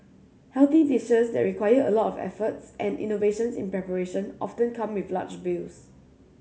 healthy dishes that require a lot of efforts and innovations in preparation often come with large bills